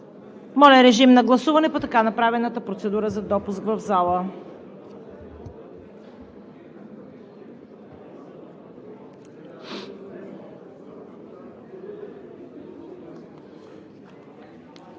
Моля, режим на гласуване по така направената процедура. Гласували